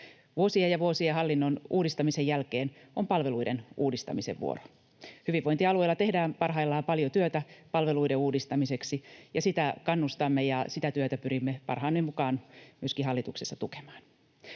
Vuosien ja vuosien hallinnon uudistamisen jälkeen on palveluiden uudistamisen vuoro. Hyvinvointialueilla tehdään parhaillaan paljon työtä palveluiden uudistamiseksi, ja sitä kannustamme ja sitä työtä pyrimme parhaamme mukaan myöskin hallituksessa tukemaan.